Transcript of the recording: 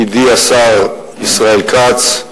ידידי השר ישראל כץ,